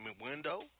window